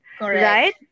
right